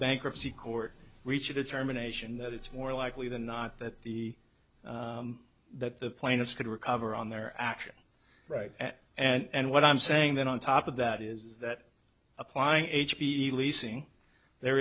bankruptcy court reach a determination that it's more likely than not that the that the plaintiff could recover on their action right and what i'm saying then on top of that is that applying h p leasing there